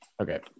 Okay